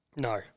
No